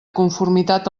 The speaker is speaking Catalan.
conformitat